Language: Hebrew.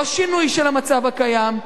ולא שינוי של המצב הקיים,